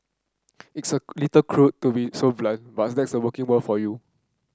it's a little cruel to be so blunt but that's the working world for you